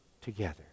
together